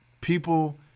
people